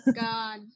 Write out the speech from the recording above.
God